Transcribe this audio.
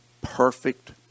perfect